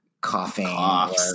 Coughing